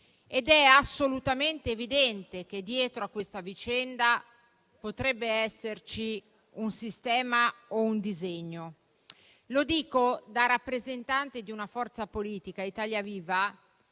ed è assolutamente evidente che dietro a questa vicenda potrebbe esserci un sistema o un disegno. Lo dico da rappresentante di una forza politica, Italia Viva,